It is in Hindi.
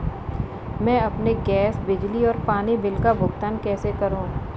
मैं अपने गैस, बिजली और पानी बिल का भुगतान कैसे करूँ?